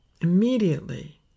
immediately